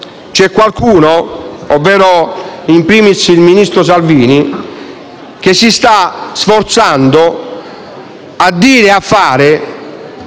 C'è qualcuno, ovvero *in primis* il ministro Salvini, che si sta sforzando di dire e fare